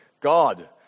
God